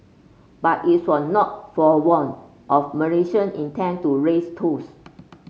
but its were not forewarned of Malaysia intent to raise tolls